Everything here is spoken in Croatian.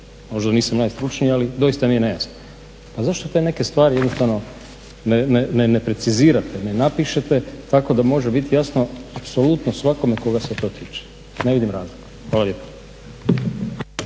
možda nisam najstručniji, ali doista mi je nejasno. Pa zašto te neke stvari jednostavno ne precizirate, ne napišete tako da može biti jasno apsolutno svakome koga se to tiče, ne vidim razloga. Hvala lijepa.